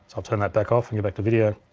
i'll turn that back off and go back to video.